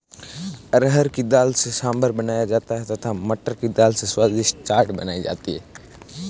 अरहर की दाल से सांभर बनाया जाता है तथा मटर की दाल से स्वादिष्ट चाट बनाई जाती है